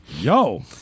yo